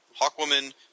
Hawkwoman